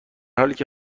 حالیکه